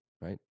right